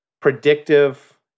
predictive